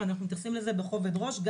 מתייחסים לזה בכובד ראש,